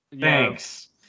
thanks